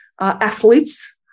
athletes